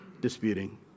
disputing